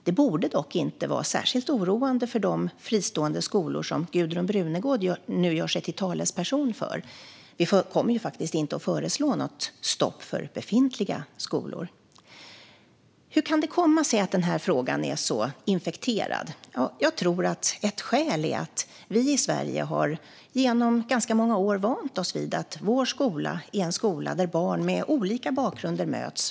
Det borde dock inte vara särskilt oroande för de fristående skolor som Gudrun Brunegård nu gör sig till talesperson för, eftersom vi ju inte kommer att föreslå något stopp för befintliga skolor. Hur kan det komma sig att den här frågan är så infekterad? Jag tror att ett skäl är att vi i Sverige under ganska många år har vant oss vid att vår skola är en skola där barn med olika bakgrunder möts.